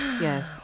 Yes